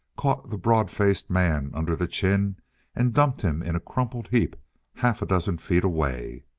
caught the broad-faced man under the chin and dumped him in a crumpled heap half a dozen feet away.